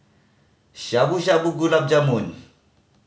Shabu Shabu Gulab Jamun